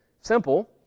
simple